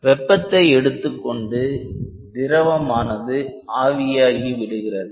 வெப்பத்தை எடுத்துக்கொண்டு திரவமானது ஆவியாகி விடுகிறது